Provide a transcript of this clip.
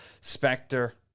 Spectre